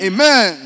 Amen